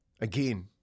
again